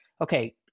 Okay